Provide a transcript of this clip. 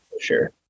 Sure